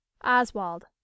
Oswald